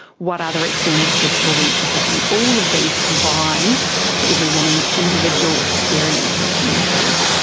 what other external stressful events are happening, all of these combine for every woman's individual experience of menopause.